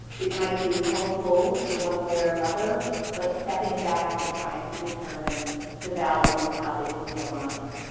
it might be helpful in one way or another but stepping back and trying to determine the value and how they can be aligned.